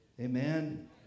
Amen